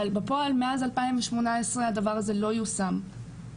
אבל בפועל מאז 2018 הדבר הזה לא יושם,